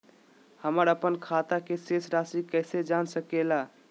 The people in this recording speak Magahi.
हमर अपन खाता के शेष रासि कैसे जान सके ला?